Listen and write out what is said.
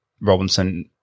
Robinson